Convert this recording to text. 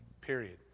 period